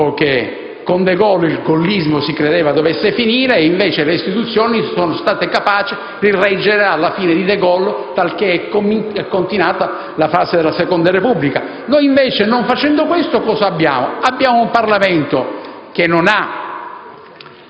dopo che con De Gaulle il gollismo si credeva dovesse finire, e invece le istituzioni sono state capaci di reggere alla fine di De Gaulle, talché è continuata la fase della Quinta Repubblica. Noi invece non facendo questo cosa abbiamo? Abbiamo un Parlamento che non ha